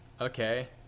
okay